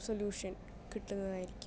solution കിട്ടുന്നതായിരിക്കും